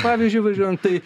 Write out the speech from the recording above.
pavyzdžiui važiuojant tai